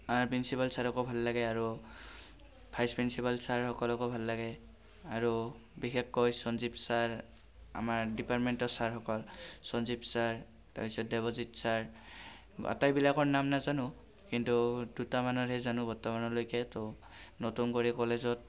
আমাৰ প্ৰিন্সিপাল ছাৰকো ভাল লাগে আৰু ভাইচ প্ৰিন্সিপাল ছাৰসকলকো ভাল লাগে আৰু বিশেষকৈ সঞ্জীৱ ছাৰ আমাৰ ডিপাৰ্টমেণ্টৰ ছাৰসকল সঞ্জীৱ ছাৰ তাৰ পিছত দেৱজিত ছাৰ আটাইবিলাকৰ নাম নাজানো কিন্তু দুটামানৰহে জানো বৰ্তমানলৈকে ত' নতুন কৰি কলেজত